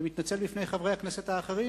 ומתנצל בפני חברי הכנסת האחרים,